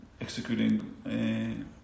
executing